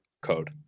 code